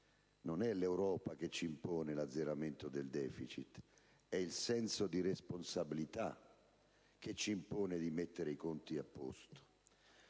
non è l'Europa che ci impone l'azzeramento del *deficit*, ma il senso di responsabilità che ci obbliga a mettere i conti a posto.